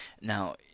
Now